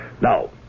Now